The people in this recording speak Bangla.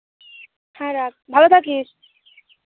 হ্যাঁ রাখ ভালো থাকিস